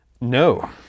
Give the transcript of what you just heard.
No